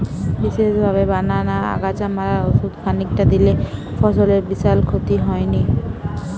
বিশেষভাবে বানানা আগাছা মারার ওষুধ খানিকটা দিলে ফসলের বিশাল ক্ষতি হয়নি